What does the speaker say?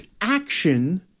action